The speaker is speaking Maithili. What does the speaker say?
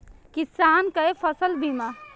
किसान कै फसल बीमा?